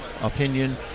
opinion